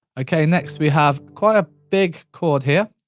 okay next we have quite a big chord here.